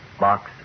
Box